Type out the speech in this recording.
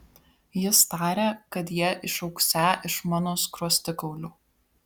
jis tarė kad jie išaugsią iš mano skruostikaulių